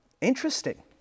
interesting